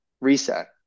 reset